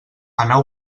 anar